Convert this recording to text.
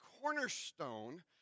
cornerstone